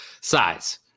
size